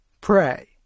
Pray